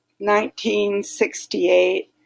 1968